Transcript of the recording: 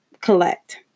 collect